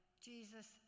Jesus